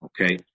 Okay